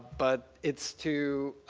but it's to